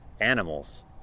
animals